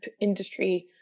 industry